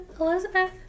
Elizabeth